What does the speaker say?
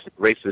racist